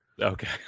Okay